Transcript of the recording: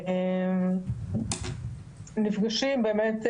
נפגשים באמת,